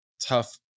tough